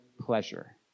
pleasure